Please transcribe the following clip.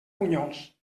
bunyols